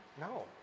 No